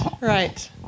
right